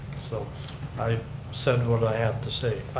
so i said what i had to say.